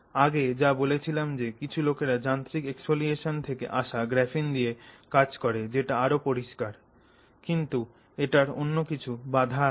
আগে যা বলেছিলাম যে কিছু লোকেরা যান্ত্রিক এক্সফোলিয়েশন থেকে আসা গ্রাফিন দিয়ে কাজ করে যেটা আরও পরিষ্কার কিন্তু এটার অন্য কিছু বাধা আছে